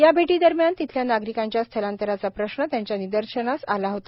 या भेटींदरम्यान तिथल्या नागरिकांच्या स्थलांतराचा प्रश्न त्यांच्या निदर्शनास आला होता